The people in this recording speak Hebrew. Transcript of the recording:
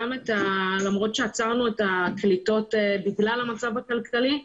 למרות שעצרנו את הקליטות בגלל המצב הכלכלי,